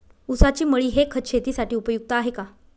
ऊसाची मळी हे खत शेतीसाठी उपयुक्त आहे का?